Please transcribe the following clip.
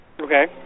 Okay